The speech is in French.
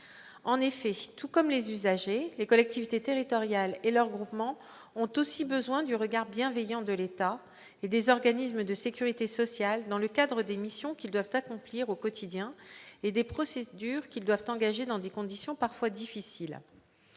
En effet, tout comme les usagers, les collectivités territoriales et leurs groupements ont aussi besoin du regard bienveillant de l'État et des organismes de sécurité sociale dans le cadre des missions qu'ils doivent accomplir au quotidien et des procédures qu'ils doivent engager dans des conditions parfois difficiles.